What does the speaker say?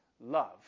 love